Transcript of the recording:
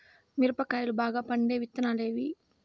మిరప కాయలు బాగా పండే విత్తనాలు ఏవి